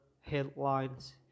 headlines